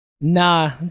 Nah